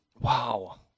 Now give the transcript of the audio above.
Wow